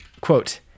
quote